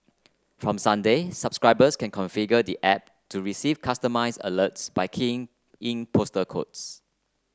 from Sunday subscribers can configure the app to receive customised alerts by keying in postal codes